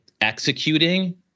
Executing